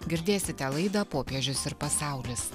girdėsite laidą popiežius ir pasaulis